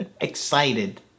excited